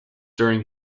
during